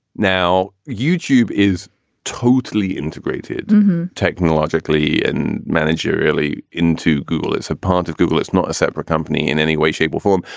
now, youtube is totally integrated technologically and managerially into google is a part of google, it's not a separate company in any way, shape or form.